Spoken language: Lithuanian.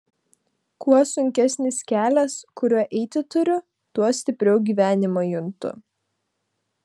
kuo sunkesnis kelias kuriuo eiti turiu tuo stipriau gyvenimą juntu